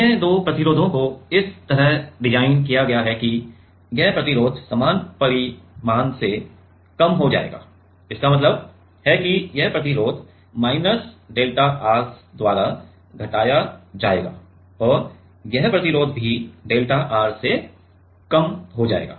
अन्य दो प्रतिरोधों को इस तरह डिजाइन किया गया है कि यह प्रतिरोध समान परिमाण से कम हो जाएगा इसका मतलब है कि यह प्रतिरोध माइनस डेल्टा R द्वारा घटाया जाएगा और यह प्रतिरोध भी डेल्टा R से कम हो जाएगा